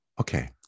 Okay